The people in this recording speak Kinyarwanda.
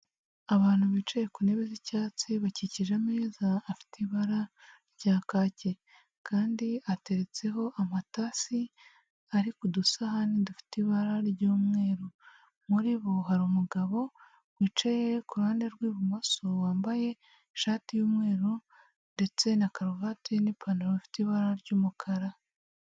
Abantu bicaye ku ntebe z'icyatsi bakikije ameza afite ibara rya kaki, kandi ateretseho amatasi ari ku dusahani dufite ibara ry'umweru. Muri bo hari umugabo wicaye ku ruhande rw'ibumoso, wambaye ishati y'umweru, ndetse na karavati n'ipantaro bifite ibara ry'umukara.